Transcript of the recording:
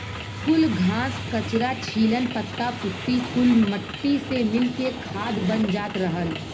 कुल घास, कचरा, छीलन, पत्ता पुत्ती कुल मट्टी से मिल के खाद बन जात रहल